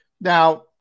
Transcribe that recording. Now